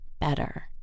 better